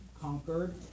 conquered